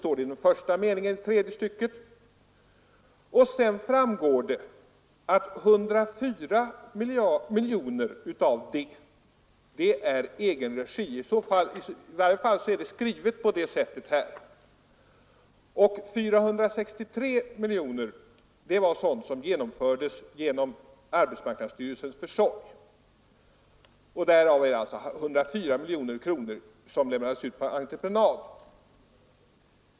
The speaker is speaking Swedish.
Sedan framgår det att 104 miljoner kronor gäller arbeten i egen regi. I varje fall är det skrivet så. 463 miljoner kronor var sådana arbeten som utfördes genom arbetsmarknadsstyrelsens försorg. I den posten ingår de 104 miljoner kronor som lämnats ut på entreprenad.